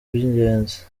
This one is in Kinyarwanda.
by’ingenzi